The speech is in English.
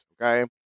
okay